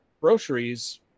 groceries